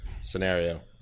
scenario